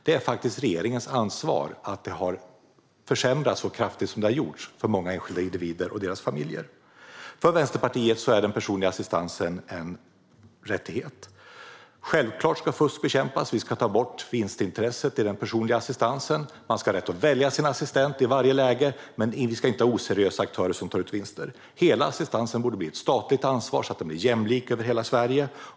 Det är faktiskt regeringens ansvar att detta har försämrats så kraftigt som det har gjort för många enskilda individer och deras familjer. För Vänsterpartiet är den personliga assistansen en rättighet. Självklart ska fusk bekämpas. Vi ska ta bort vinstintresset i den personliga assistansen. Man ska ha rätt att välja sin assistent i varje läge, men vi ska inte ha oseriösa aktörer som tar ut vinster. Hela assistansen borde bli ett statligt ansvar så att den blir jämlik över hela Sverige.